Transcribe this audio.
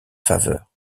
faveur